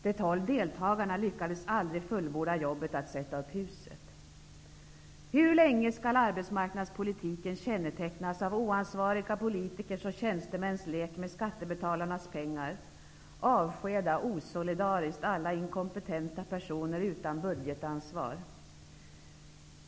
De tolv deltagarna lyckades aldrig fullborda jobbet att sätta upp huset. Hur länge skall arbetsmarknadspolitiken kännetecknas av oansvariga politikers och tjänstemäns lek med skattebetalarnas pengar? Avskeda osolidariskt alla inkompetenta personer utan budgetansvar!